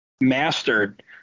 mastered